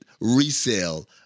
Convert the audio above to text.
resale